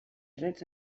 drets